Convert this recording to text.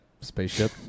spaceship